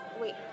Wait